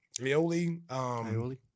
aioli